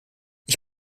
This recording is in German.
ich